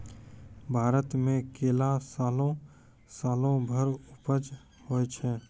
भारत मे केला सालो सालो भर उपज होय छै